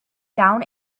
down